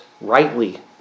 rightly